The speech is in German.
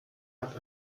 hat